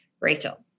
Rachel